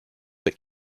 but